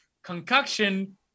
concoction